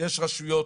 יש רשויות